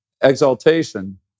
exaltation